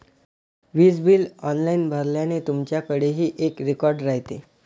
वीज bill online भरल्याने, तुमच्याकडेही एक रेकॉर्ड राहते